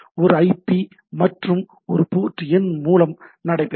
ஒரு ஐபி மற்றும் ஒரு போர்ட் எண் மூலம் நடைபெறும்